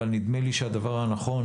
אבל נדמה לי שהדבר הנכון